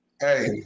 Hey